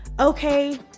Okay